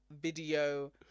video